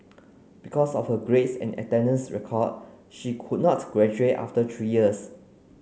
because of her grades and attendance record she could not graduate after three years